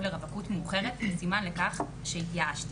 לרווקות מאוחרת עם סימן לכך שהתייאשתי.